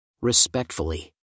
Respectfully